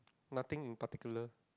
nothing in particular